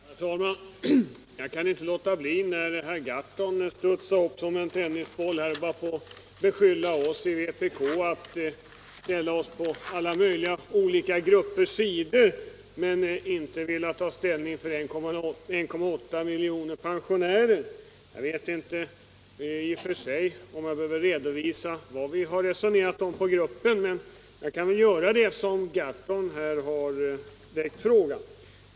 Herr talman! Jag kan inte låta bli att svara när herr Gahrton studsar upp som en tennisboll och beskyller oss i vpk för att ställa oss på alla möjliga gruppers sida men inte vilja ta ställning för 1,8 miljoner pensionärer. I och för sig behöver jag kanske inte redovisa vad vi resonerat om i riksdagsgruppen, men jag kan väl göra det eftersom herr Gahrton ställde frågan.